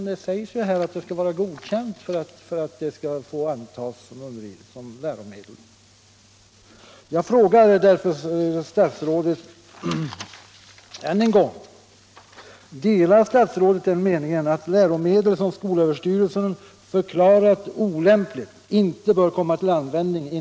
Det sägs ju här att ett läromedel skall vara godkänt för att få användas i undervisningen.